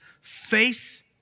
face